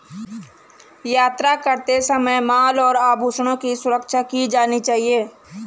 यात्रा करते समय माल और आभूषणों की सुरक्षा की जानी चाहिए